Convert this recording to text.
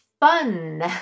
fun